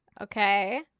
Okay